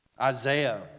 Isaiah